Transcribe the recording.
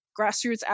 grassroots